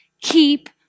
keep